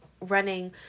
running